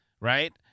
right